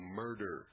murder